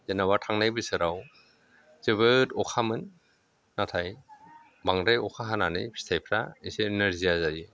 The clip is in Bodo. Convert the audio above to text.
जेनेबा थांनाय बोसोराव जोबोद अखामोन नाथाय बांद्राय अखा हानानै फिथाइफ्रा एसे नोरजिया जायो